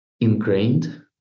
ingrained